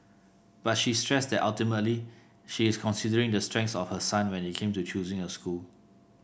but she stressed that ultimately she is considering the strengths of her son when it came to choosing a school